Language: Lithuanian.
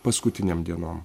paskutinėm dienom